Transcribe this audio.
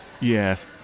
Yes